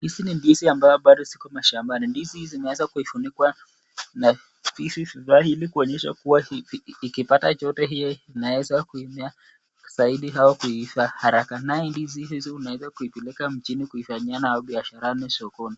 Hizi ni ndizi ambazo bado ziko mashambani. Ndizi zimewezwa kufunikwa ili kuonyesha kuwa ikipata joto inaweza kumea zaidi ama kuiva haraka .Ndizi hizi unaweza kupeleka mjini na kufanyia biashara sokoni.